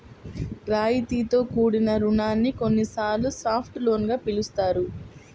రాయితీతో కూడిన రుణాన్ని కొన్నిసార్లు సాఫ్ట్ లోన్ గా పిలుస్తారు